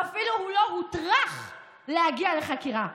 ואפילו הוא לא הוטרח להגיע לחקירה.